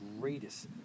greatest